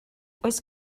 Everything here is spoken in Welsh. oes